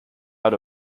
out